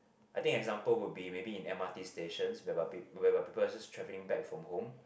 I think example would be maybe in M_R_T stations whereby whereby people just traveling back from home